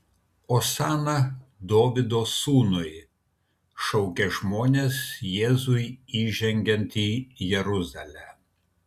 osana dovydo sūnui šaukė žmonės jėzui įžengiant į jeruzalę